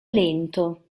lento